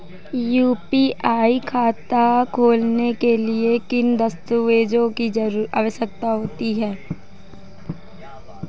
UPI खाता खोलने के लिए किन दस्तावेज़ों की आवश्यकता होती है?